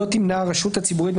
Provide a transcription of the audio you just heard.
לא תמנע הרשות הציבורית,